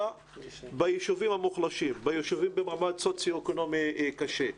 ביישובים המוחלשים במעמד סוציו-אקונומי קשה.